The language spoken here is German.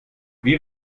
wie